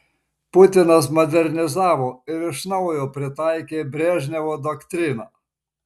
putinas modernizavo ir iš naujo pritaikė brežnevo doktriną